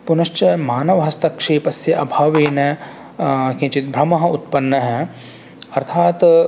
पुनश्च मानवहस्तक्षेपस्य अभावेन किञ्चित् भ्रमः उत्पन्नः अर्थात्